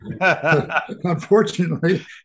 Unfortunately